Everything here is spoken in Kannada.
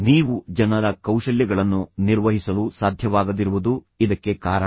ನೀವು ಜನರ ಕೌಶಲ್ಯಗಳನ್ನು ನಿರ್ವಹಿಸಲು ಸಾಧ್ಯವಾಗದಿರುವುದು ಇದಕ್ಕೆ ಕಾರಣ